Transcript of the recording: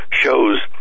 shows